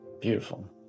Beautiful